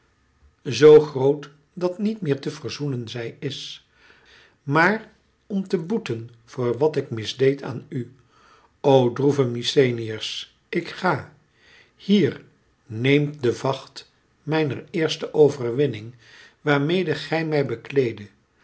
zoo groot dat niet meer te verzoenen zij is maar om te boeten voor wat ik misdeed aan ù o droeve mykenæërs ik ga hier neemt den vacht mijner eerste overwinning waarmede gij mij bekleeddet